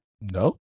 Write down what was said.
No